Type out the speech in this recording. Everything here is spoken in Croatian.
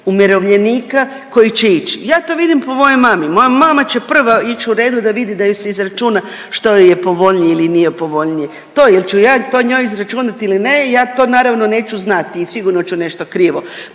umirovljenika koji će ići. Ja to vidim po mojoj mami, moja mama će prva ić u redu da vidi da joj se izračuna što joj je povoljnije ili nije povoljnije, to ili ću ja to njoj izračunati ili ne, ja to naravno neću znati i sigurno ću nešto krivo